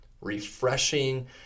refreshing